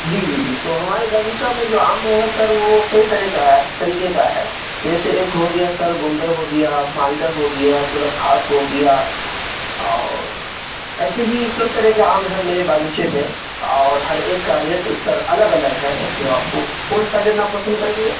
جی جی جی تو ہمارے باغیچہ میں جو آم ہے سر وہ کئی طرح کا طریقے کا ہے جیسے ایک ہو گیا سر بمبئی ہو گیا مالدہ ہو گیا گلاب خاص ہو گیا اور ایسے ہی کئی طرح کے آم ہیں میرے باغیچے میں اور ہر ایک کا ریٹ سر الگ الگ ہے تو آپ کو کون سا لینا پسند کریں گے